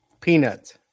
peanuts